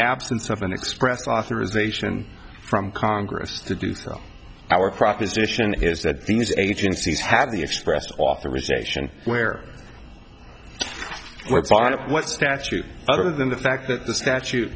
absence of an express authorization from congress to do through our proposition is that these agencies have the expressed authorization where what statute other than the fact that the statute